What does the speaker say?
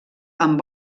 amb